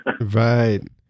Right